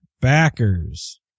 backers